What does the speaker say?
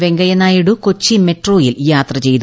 വെങ്കയ്യ നായിഡു കൊച്ചി മെട്രോയിൽ യാത്ര ചെയ്തു